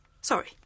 Sorry